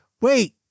Wait